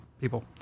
People